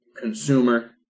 consumer